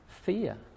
fear